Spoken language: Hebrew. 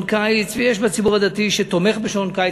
קיץ ויש בציבור הדתי שתומכים בשעון קיץ.